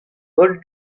holl